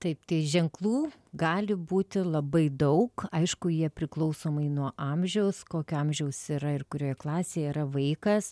taip tai ženklų gali būti labai daug aišku jie priklausomai nuo amžiaus kokio amžiaus yra ir kurioje klasėje yra vaikas